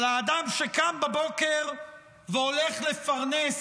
על האדם שקם בבוקר והולך לפרנס